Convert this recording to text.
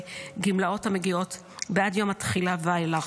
גמלאות המגיעות בעד יום התחילה ואילך.